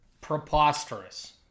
preposterous